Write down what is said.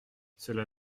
cela